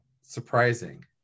surprising